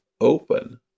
open